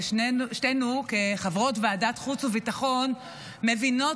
ושתינו כחברות ועדת חוץ וביטחון מבינות